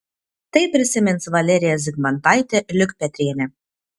tai prisimins valerija zigmantaitė liukpetrienė